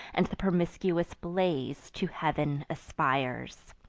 and the promiscuous blaze to heav'n aspires.